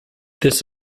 this